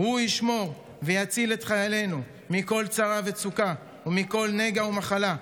ישמור ויציל את חיילינו מכל צרה וצוקה ומכל נגע ומחלה,